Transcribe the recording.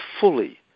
fully